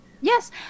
Yes